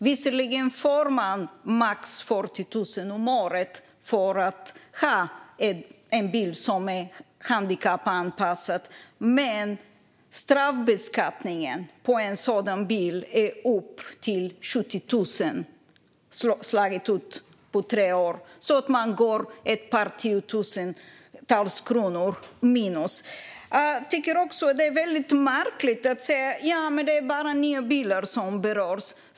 Visserligen får man max 40 000 om året för att ha en bil som är handikappanpassad, men straffbeskattningen på en sådan bil är upp till 70 000 utslaget på tre år. Man går alltså tiotusentals kronor minus. Jag tycker också att det är väldigt märkligt att säga: Ja, men det är bara nya bilar som berörs.